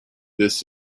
this